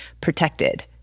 protected